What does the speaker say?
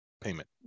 payment